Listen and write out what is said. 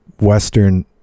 Western